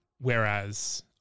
whereas